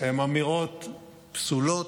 הן אמירות פסולות.